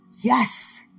Yes